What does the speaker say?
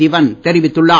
சிவன் தெரிவித்துள்ளார்